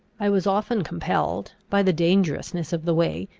i was often compelled, by the dangerousness of the way,